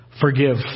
forgive